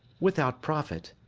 without profit.